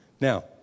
Now